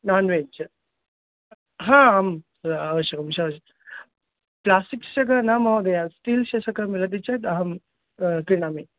non-veg हा आम् अवश्यकं विशश प्लास्टिक् चषकः न महोदय स्टील् चषकः मिलति चेत् अहं क्रीणामि